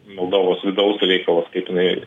moldovos vidaus reikalas kaip jinai